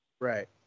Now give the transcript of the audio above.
Right